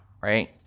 Right